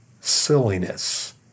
silliness